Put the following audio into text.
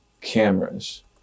cameras